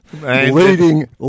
leading